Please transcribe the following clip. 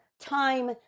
time